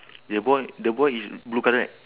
that boy the boy is blue colour right